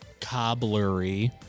cobblery